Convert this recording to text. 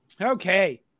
Okay